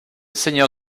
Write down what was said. seigneur